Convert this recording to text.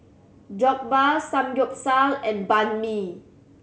Jokbal Samgyeopsal and Banh Mi